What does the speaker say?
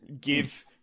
give